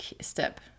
step